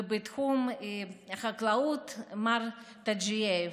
ובתחום החקלאות מר טדג'ייב,